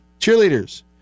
cheerleaders